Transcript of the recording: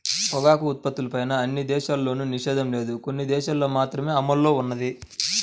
పొగాకు ఉత్పత్తులపైన అన్ని దేశాల్లోనూ నిషేధం లేదు, కొన్ని దేశాలల్లో మాత్రమే అమల్లో ఉన్నది